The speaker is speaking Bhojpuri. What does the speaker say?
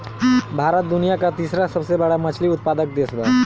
भारत दुनिया का तीसरा सबसे बड़ा मछली उत्पादक देश बा